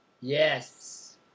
Yes